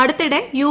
അടുത്തിടെ യു